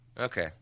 Okay